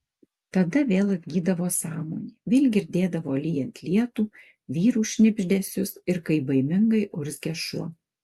tada vėl atgydavo sąmonė vėl girdėdavo lyjant lietų vyrų šnibždesius ir kaip baimingai urzgia šuo